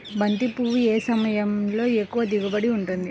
బంతి పువ్వు ఏ సమయంలో ఎక్కువ దిగుబడి ఉంటుంది?